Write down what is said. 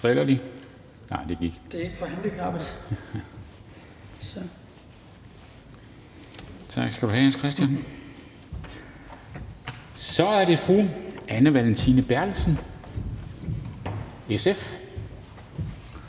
Så er det fru Anne Valentina Berthelsen, SF.